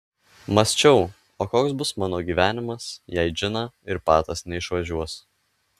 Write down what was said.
mąsčiau o koks bus mano gyvenimas jei džina ir patas neišvažiuos